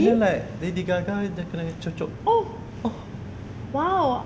and then like lady gaga dia kena cucuk oh